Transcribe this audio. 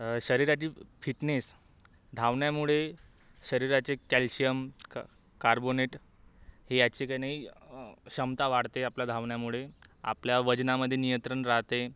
शरीराची फिटनेस धावण्यामुळे शरीराचे कॅल्शियम क कार्बोनेट हे याची का नाही क्षमता वाढते आपल्या धावण्यामुळे आपल्या वजनामध्ये नियंत्रण राहते